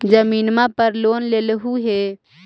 जमीनवा पर लोन लेलहु हे?